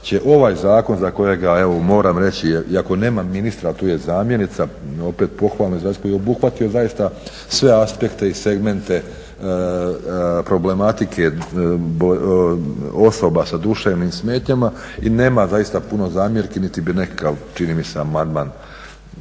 ovaj zakon za kojega evo moram reći iako nema ministra, ali tu je zamjenica, opet pohvalno, koji je obuhvatio zaista sve aspekte i segmente problematike osoba sa duševnim smetnjama. I nema zaista puno zamjerki niti bi nekakav čini mi se amandman